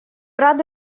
рады